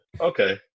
Okay